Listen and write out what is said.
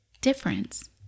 difference